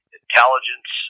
intelligence